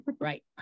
Right